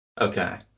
Okay